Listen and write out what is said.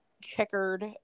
checkered